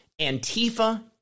Antifa